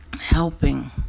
helping